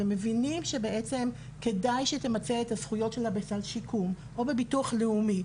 ומבינים שבעצם כדאי שתמצה את הזכויות שלה בסל שיקום או בביטוח לאומי.